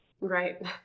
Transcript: Right